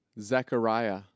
Zechariah